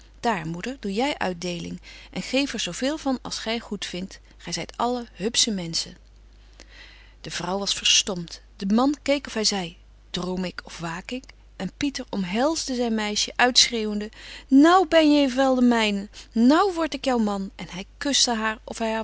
moeder doe jy uitdeling en geef er zo veel van als gy goed vindt gy zyt allen hupsche menschen de vrouw was verstomt de man keek of hy zei droom ik of waak ik en pieter omhelsde zyn meisje uitschreeuwende nou ben je evel de myne nou word ik jou man en hy kuschte haar of